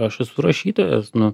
aš esu rašytojas nu